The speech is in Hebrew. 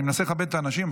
אני מנסה לכבד את האנשים,